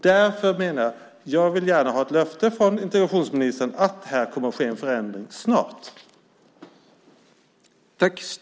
Därför menar jag att jag gärna vill ha ett löfte från integrationsministern att här kommer att ske en förändring snart.